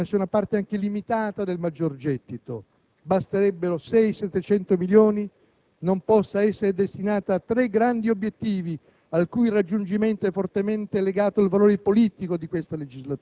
di valutare con attenzione se una parte anche limitata del maggior gettito - basterebbero 6-700 milioni